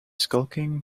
skulking